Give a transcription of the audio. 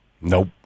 Nope